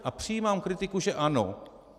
A přijímám kritiku, že ano.